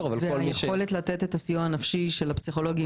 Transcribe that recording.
היכולת לתת את הסיוע הנפשי מבחינת הפסיכולוגים,